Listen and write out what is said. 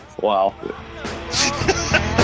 wow